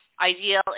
ideal